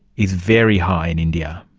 is very high in india.